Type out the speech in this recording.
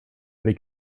but